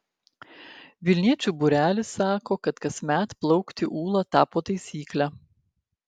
vilniečių būrelis sako kad kasmet plaukti ūla tapo taisykle